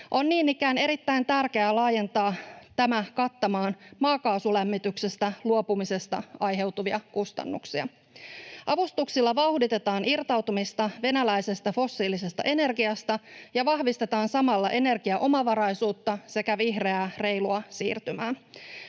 On niin ikään erittäin tärkeää laajentaa tämä kattamaan maakaasulämmityksestä luopumisesta aiheutuvia kustannuksia. Avustuksilla vauhditetaan irtautumista venäläisestä fossiilisesta energiasta ja vahvistetaan samalla energiaomavaraisuutta sekä vihreää reilua siirtymää.